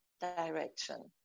direction